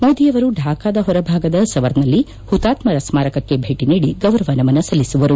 ಮೋದಿಯವರು ಥಾಕಾದ ಹೊರಭಾಗದ ಸವರ್ನಲ್ಲಿ ಹುತಾತ್ಮರ ಸ್ಟಾರಕಕ್ಕೆ ಭೇಟಿ ನೀದಿ ಗೌರವ ನಮನ ಸಲ್ಲಿಸುವರು